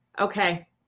okay